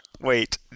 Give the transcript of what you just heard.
Wait